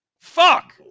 Fuck